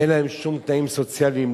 אין להם שום תנאים סוציאליים,